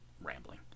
rambling